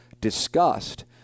discussed